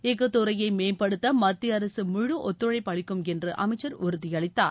எஃஃகுத்துறையைம்படுத்தமத்தியஅரசு ழுழ துழைப்பு அளிக்கும் என்றுஅமைச்சர் உறுதிபளித்தார்